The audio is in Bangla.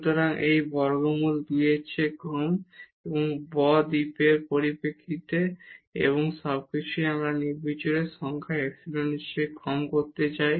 সুতরাং এটি বর্গমূল 2 এর চেয়ে কম এবং ডেল্টা পরিপ্রেক্ষিতে এবং এই সবকিছুই আমরা নির্বিচারে সংখ্যা ইপসিলনের চেয়ে কম করতে চাই